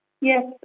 Yes